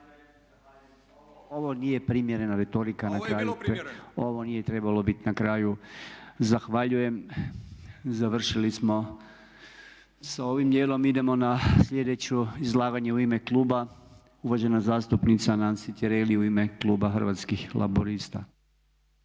Ovo nije primjerena retorika, ovo nije trebalo biti na kraju. Zahvaljujem. Završili smo sa ovim djelom. Idemo na slijedeće izlaganje u ime kluba uvažena zastupnica Nansi Tireli u ime kluba Hrvatskih laburista.